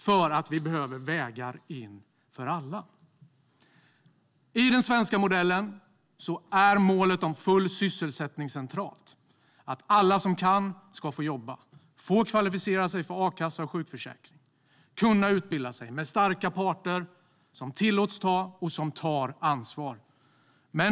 Det behövs vägar in på arbetsmarknaden för alla. I den svenska modellen är målet om full sysselsättning centralt. Alla som kan ska få jobba. De ska få kvalificera sig för a-kassa och sjukförsäkring, kunna utbilda sig och det ska vara starka parter som tillåts ta och som tar ansvar.